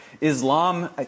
Islam